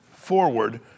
forward